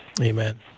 Amen